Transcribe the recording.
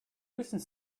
recent